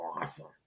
awesome